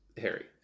Harry